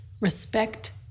Respect